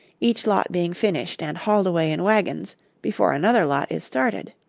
each lot being finished and hauled away in wagons before another lot is started.